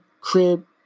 crib